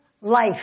life